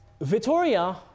Vittoria